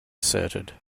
asserted